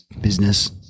business